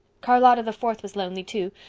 charlotta the fourth was lonely too.